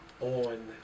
on